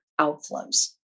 outflows